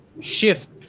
Shift